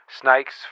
Snakes